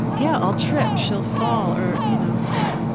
yeah, i'll trip. she'll fall. or you know, just,